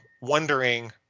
wondering